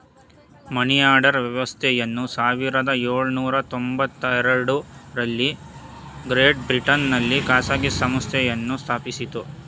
money order ವ್ಯವಸ್ಥೆಯನ್ನು ಸಾವಿರದ ಎಳುನೂರ ತೊಂಬತ್ತಎರಡು ರಲ್ಲಿ ಗ್ರೇಟ್ ಬ್ರಿಟನ್ ನಲ್ಲಿ ಖಾಸಗಿ ಸಂಸ್ಥೆಯನ್ನು ಸ್ಥಾಪಿಸಿತು